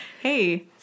Hey